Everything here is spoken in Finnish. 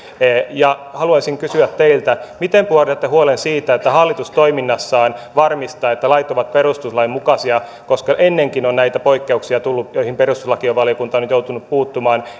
ja haluaisin kysyä teiltä pääministeri miten pidätte huolen siitä että hallitus toiminnassaan varmistaa että lait ovat perustuslain mukaisia koska ennenkin on tullut näitä poikkeuksia joihin perustuslakivaliokunta on joutunut puuttumaan